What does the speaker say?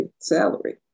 salary